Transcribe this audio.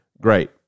Great